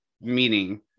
meaning